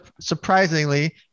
surprisingly